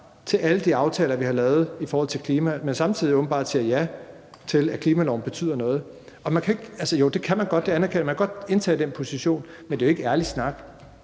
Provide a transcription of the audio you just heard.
til alle de aftaler, vi har lavet i forhold til klimaet, men samtidig åbenbart siger ja til, at klimaloven betyder noget. Man kan godt indtage den position – det anerkender jeg – men det er jo ikke ærlig snak.